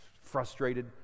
Frustrated